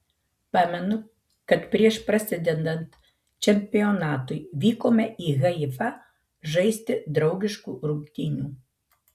pamenu kad prieš prasidedant čempionatui vykome į haifą žaisti draugiškų rungtynių